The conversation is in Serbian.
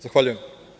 Zahvaljujem.